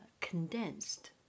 condensed